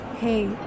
hey